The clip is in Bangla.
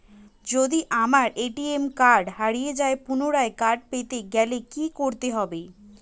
যদি আমার এ.টি.এম কার্ড হারিয়ে যায় পুনরায় কার্ড পেতে গেলে কি করতে হবে?